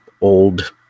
old